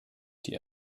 die